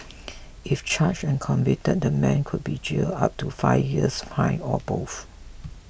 if charged and convicted the man could be jailed up to five years fined or both